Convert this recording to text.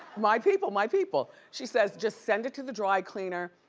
my people, my people! she says, just send it to the dry cleaner,